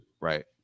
right